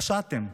פשעתם.